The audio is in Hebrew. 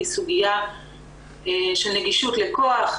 היא סוגיה של נגישות לכוח,